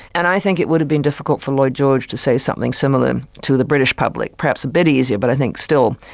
and i think it would have been difficult for lloyd george to say something similar to the british public. perhaps very easy, but i think still,